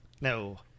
No